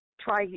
try